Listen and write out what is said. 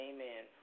Amen